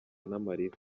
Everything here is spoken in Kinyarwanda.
n’amarira